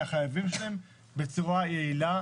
מהחייבים שלהן בצורה יעילה,